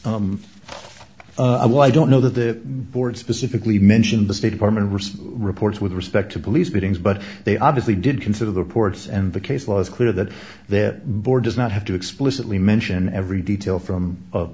a well i don't know that the board specifically mentioned the state department recent reports with respect to police beatings but they obviously did consider the reports and the case law is clear that that board does not have to explicitly mention every detail from